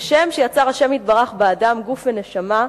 אומנם כשם שיצר השם יתברך באדם הגוף והנשמה,